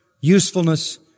usefulness